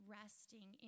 resting